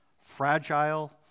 fragile